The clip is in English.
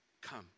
come